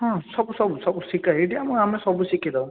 ହଁ ସବୁ ସବୁ ସବୁ ଶିଖା ହୁଏ ଏଇଠି ଆମେ ସବୁ ଶିଖେଇଦେବା